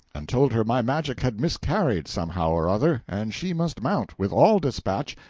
and told her my magic had miscarried, somehow or other, and she must mount, with all despatch,